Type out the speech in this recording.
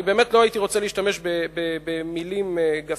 אני באמת לא הייתי רוצה להשתמש במלים גסות,